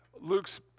Luke's